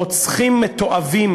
רוצחים מתועבים